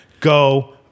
Go